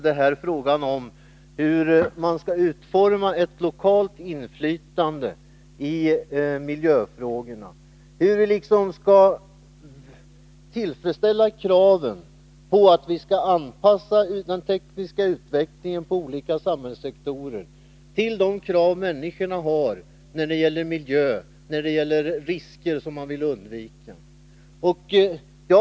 Det gäller frågan om hur man skall utforma ett lokalt inflytande i miljöfrågorna och hur av bekämpningsvi skall tillfredsställa kraven på att anpassa den tekniska utvecklingen till medel över skogsolika samhällssektorer till de krav människorna har när det gäller miljö och mark risker som man vill undvika.